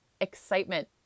excitement